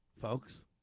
folks